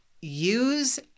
use